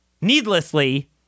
needlessly